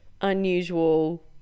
unusual